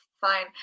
Fine